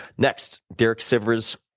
next, derek sivers,